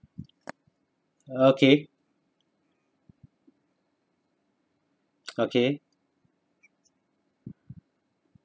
okay okay